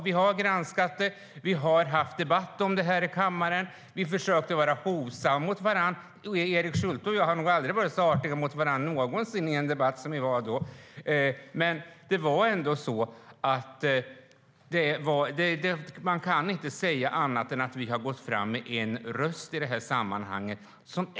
Vi har granskat, vi har haft debatt i kammaren och vi har försökt vara hovsamma - Fredrik Schulte och jag har nog aldrig varit så artiga mot varandra i en debatt som då. Man kan inte säga annat än att vi har gått fram med en röst i det här sammanhanget.